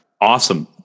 Awesome